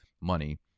money